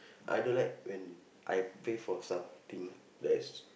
I don't like when I pay for something that is